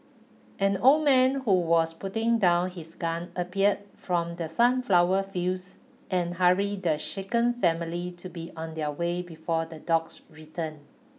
an old man who was putting down his gun appeared from the sunflower fields and hurried the shaken family to be on their way before the dogs return